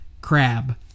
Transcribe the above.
crab